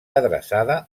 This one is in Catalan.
adreçada